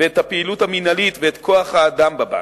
את הפעילות המינהלית ואת כוח האדם בבנק.